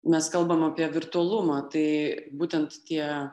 mes kalbam apie virtualumą tai būtent tie